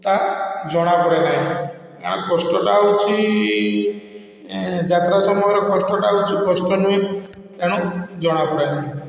ତାହା ଜଣାପଡ଼େ ନାହିଁ ଆଉ କଷ୍ଟଟା ହେଉଛି ଏ ଯାତ୍ରା ସମୟର କଷ୍ଟଟା ହେଉଛି କଷ୍ଟ ନୁହେଁ ତେଣୁ ଜଣାପଡ଼େ ନାହିଁ